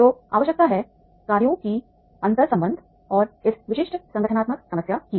तो आवश्यकता है कार्यों की अंतर्संबंध और इस विशिष्ट संगठनात्मक समस्या की